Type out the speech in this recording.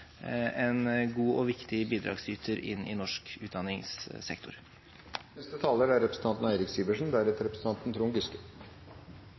en god og viktig bidragsyter i norsk